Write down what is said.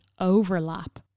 overlap